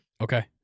Okay